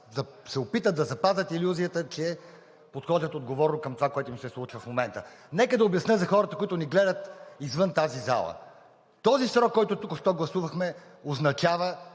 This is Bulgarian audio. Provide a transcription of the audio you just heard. да се опитат да запазят илюзията, че подхождат отговорно към това, което им се случва в момента. Нека да обясня за хората, които ни гледат, извън тази зала. Този срок, който току-що гласувахме, означава,